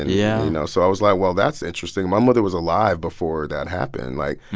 yeah you know, so i was like, well, that's interesting. my mother was alive before that happened. like,